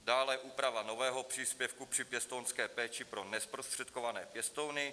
Dále úprava nového příspěvku při pěstounské péči pro nezprostředkované pěstouny.